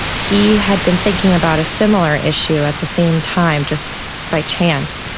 he had been thinking about a similar issue at the same time, just by chance,